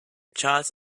charles